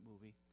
movie